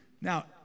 Now